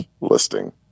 listing